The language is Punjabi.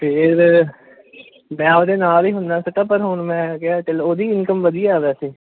ਫੇਰ ਮੈਂ ਉਹਦੇ ਨਾਲ ਹੀ ਹੁੰਦਾ ਪਰ ਹੁਣ ਮੈਂ ਹੈਗਾ ਉਹਦੀ ਇਨਕਮ ਵਧੀਆ ਵੈਸੇ